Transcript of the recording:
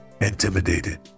intimidated